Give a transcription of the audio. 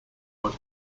was